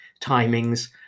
timings